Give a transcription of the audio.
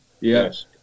Yes